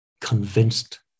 convinced